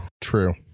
True